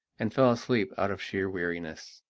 and fell asleep out of sheer weariness.